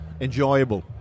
enjoyable